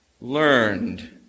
learned